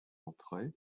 entrée